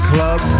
Club